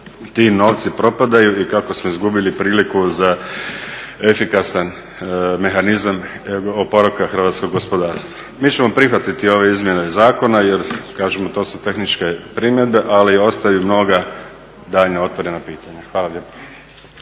ti novci propadaju i kako smo izgubili priliku za efikasan mehanizam oporavka hrvatskog gospodarstva. Mi ćemo prihvatiti ove izmjene zakona jer kažem to su tehničke primjedbe, ali ostaju mnoga daljnja otvorena pitanja. Hvala